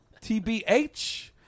TBH